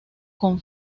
con